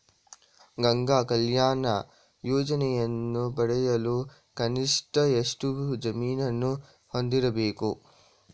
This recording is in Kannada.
ಗಂಗಾ ಕಲ್ಯಾಣ ಯೋಜನೆಯನ್ನು ಪಡೆಯಲು ಕನಿಷ್ಠ ಎಷ್ಟು ಜಮೀನನ್ನು ಹೊಂದಿರಬೇಕು?